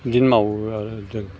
बिदिनो मावो आरो जों